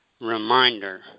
reminder